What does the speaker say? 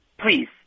please